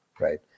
right